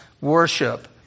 worship